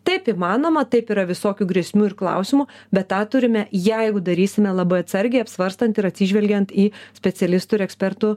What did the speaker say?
taip įmanoma taip yra visokių grėsmių ir klausimų bet tą turime jeigu darysime labai atsargiai apsvarstant ir atsižvelgiant į specialistų ir ekspertų